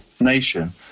nation